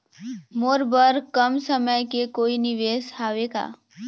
मोर बर कम समय के कोई निवेश हावे का?